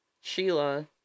Sheila